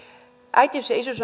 äitiys ja isyys